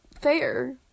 fair